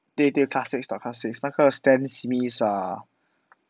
对对的那个